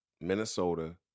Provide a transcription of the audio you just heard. Minnesota